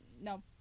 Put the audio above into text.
no